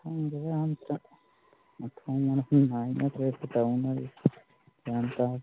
ꯈꯪꯗꯦꯗ ꯑꯝꯇ ꯃꯊꯣꯡ ꯃꯔꯝ ꯅꯥꯏꯅꯗ꯭ꯔꯦꯗ ꯇꯧꯅꯔꯤꯁꯦ ꯒ꯭ꯌꯥꯟ ꯇꯥꯗꯦ